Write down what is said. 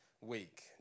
week